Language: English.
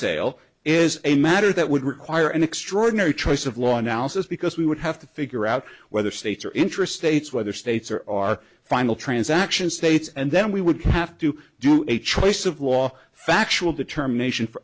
sale is a matter that would require an extraordinary choice of law analysis because we would have to figure out whether states are intrastate whether states are our final transaction states and then we would have to do a choice of law factual determination for